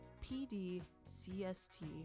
P-D-C-S-T